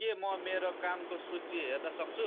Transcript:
के म मेरो कामको सूची हेर्न सक्छु